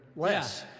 Yes